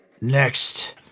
Next